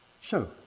Show